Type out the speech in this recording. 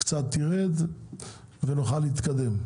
ירד קצת, ונוכל להתקדם.